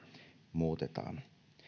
muutetaan